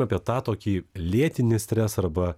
apie tą tokį lėtinį stresą arba